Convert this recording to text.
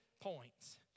points